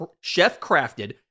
chef-crafted